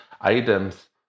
items